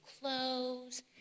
clothes